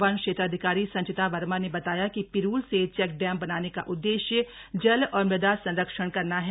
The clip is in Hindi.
वन क्षेत्राधिकारी संचिता वर्मा ने बताया कि पिरूल से चैक डैम बनाने का उद्देश्य जल और मृदा संरक्षण करना है